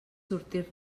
sortir